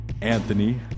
Anthony